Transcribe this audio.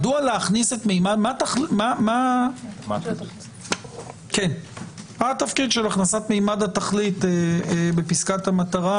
מה התפקיד של הכנסת ממד התכלית בפסקת המטרה,